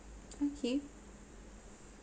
okay